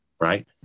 Right